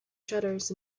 shutters